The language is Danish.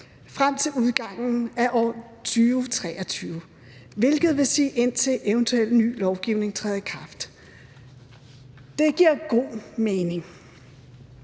frem til udgangen af år 2023, hvilket vil sige, indtil eventuel ny lovgivning træder i kraft. Det giver god mening.